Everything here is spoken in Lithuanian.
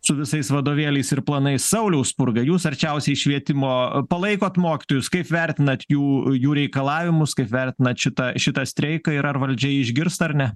su visais vadovėliais ir planais sauliau spurga jūs arčiausiai švietimo palaikote mokytojus kaip vertinat jų reikalavimus kaip vertinate šitą šitą streiką ir ar valdžia išgirsta ar ne